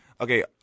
Okay